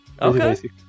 okay